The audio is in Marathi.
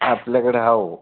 आपल्याकडं हो